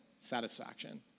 satisfaction